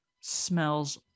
smells